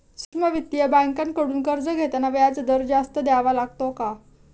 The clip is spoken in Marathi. सूक्ष्म वित्तीय बँकांकडून कर्ज घेताना व्याजदर जास्त द्यावा लागतो का?